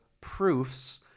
Proofs